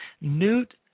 Newt